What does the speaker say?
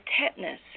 tetanus